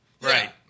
right